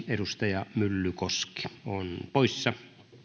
edustaja myllykoski on poissa